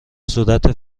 صورت